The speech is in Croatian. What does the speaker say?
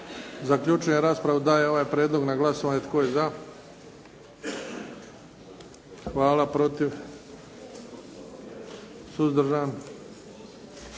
Zaključujem raspravu. Dajem ovaj prijedlog na glasovanje. Tko je za? Hvala. Protiv? Suzdržan?